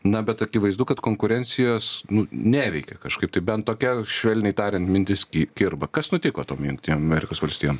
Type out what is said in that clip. na bet akivaizdu kad konkurencijos nu neveikia kažkaip tai bent tokia švelniai tariant mintis kirba kas nutiko tom jungtinėm amerikos valstijom